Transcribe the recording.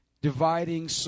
dividing